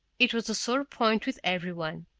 it was a sore point with everyone.